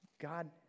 God